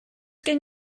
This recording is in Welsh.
gen